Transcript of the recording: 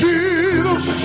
Jesus